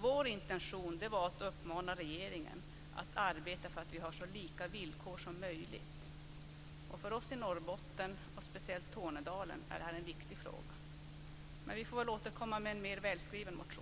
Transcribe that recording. Vår intention var att uppmana regeringen att arbeta för att vi har så lika villkor som möjligt. För oss i Norrbotten, och speciellt i Tornedalen, är detta en viktig fråga. Men vi får väl återkomma med en mer välskriven motion.